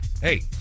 Hey